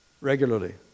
regularly